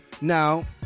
Now